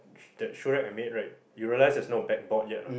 that shoerack I mean right you realize there is no backboard yet ah